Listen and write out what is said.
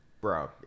bro